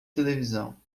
televisão